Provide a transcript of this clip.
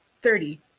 thirty